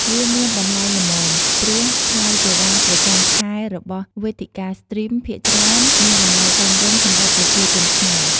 វាមានតម្លៃល្មម ព្រោះថ្លៃសេវាប្រចាំខែរបស់វេទិកាស្ទ្រីមភាគច្រើនមានតម្លៃសមរម្យសម្រាប់ប្រជាជនខ្មែរ។